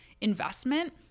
investment